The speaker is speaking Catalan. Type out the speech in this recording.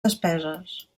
despeses